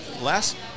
last